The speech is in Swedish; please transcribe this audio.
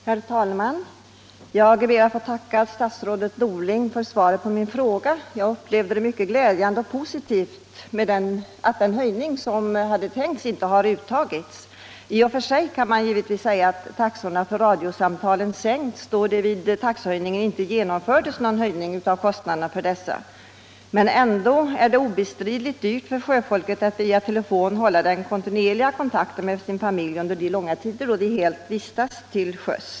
Herr talman! Jag ber att få tacka statsrådet Norling för svaret på min fråga. Jag upplevde det som mycket glädjande och positivt att den höjning av avgifterna som hade varit tänkt inte har uttagits. I och för sig kan man givetvis säga att taxorna för radiosamtalen sänkts, då det vid taxehöjningen inte genomförts någon höjning av kostnaderna för dessa, men ändå är det obestridligen dyrt för sjöfolket att via telefon hålla den kontinuerliga kontakten med sina familjer under de långa tider man vistas till sjöss.